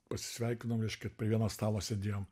pasisveikinom reiškia prie vieno stalo sėdėjom